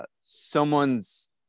someone's